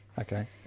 okay